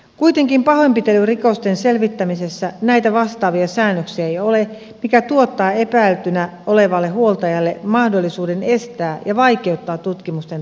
kuitenkaan pahoinpitelyrikosten selvittämisessä näitä vastaavia säännöksiä ei ole mikä tuottaa epäiltynä olevalle huoltajalle mahdollisuuden estää ja vaikeuttaa tutkimusten toteuttamista